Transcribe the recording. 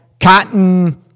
cotton